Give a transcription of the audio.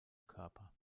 körper